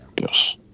Yes